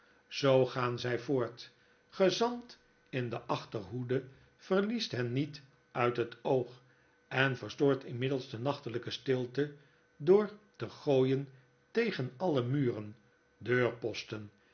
zoo gaan zij voort gezant in de achterhoede verliest hen niet uit het oog en verstoort inmiddels de nachtelijke stilte door te gooien tegen alle muren deurposten